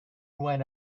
went